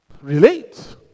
Relate